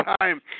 time